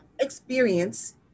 experience